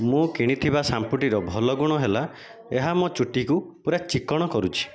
ମୁଁ କିଣିଥିବା ଶାମ୍ପୂଟିର ଭଲ ଗୁଣ ହେଲା ଏହା ମୋ' ଚୁଟିକୁ ପୂରା ଚିକ୍କଣ କରୁଛି